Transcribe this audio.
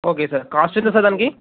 okay sir cost ఎంత sir దానికి